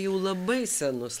jau labai senus